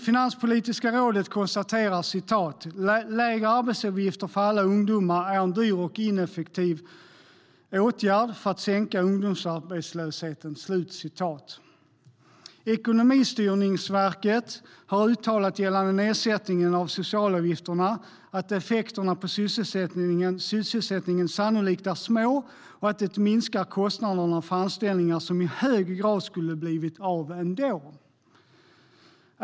Finanspolitiska rådet konstaterar: "Lägre arbetsgivaravgifter för alla ungdomar är en dyr och ineffektiv åtgärd för att sänka ungdomsarbetslösheten." Ekonomistyrningsverket har uttalat gällande nedsättningen av socialavgifterna att effekterna på sysselsättningen sannolikt är små och att det minskar kostnaden för anställningar som i hög grad skulle blivit av ändå.